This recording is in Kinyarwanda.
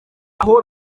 aho